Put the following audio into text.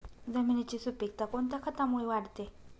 जमिनीची सुपिकता कोणत्या खतामुळे वाढते?